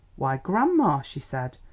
why, grandma, she said,